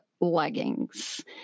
leggings